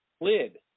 lid